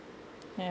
ya